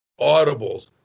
audibles